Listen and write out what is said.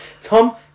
Tom